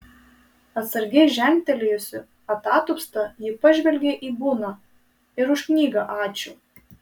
atsargiai žengtelėjusi atatupsta ji pažvelgė į buną ir už knygą ačiū